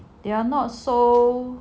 they are not so